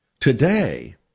today